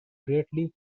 greatly